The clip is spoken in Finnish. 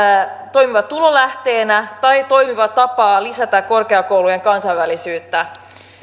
toimiva tulolähde tai toimiva tapa lisätä korkeakoulujen kansainvälisyyttä